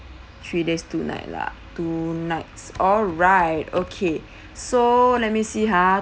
three days two night lah two nights all right okay so let me see ha